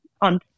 on